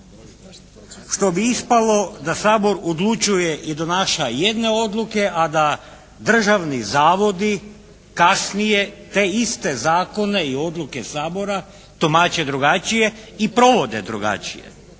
što bi ispalo da Sabor odlučuje i donaša jedne odluke, a da državni zavodi kasnije te iste zakone i odluke Sabora tumače drugačije i provode drugačije.